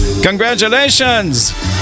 Congratulations